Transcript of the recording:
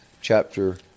chapter